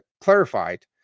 clarified